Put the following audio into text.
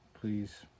please